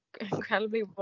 incredibly